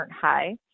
high